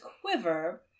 quiver